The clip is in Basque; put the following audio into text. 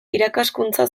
irakaskuntza